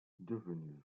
devenue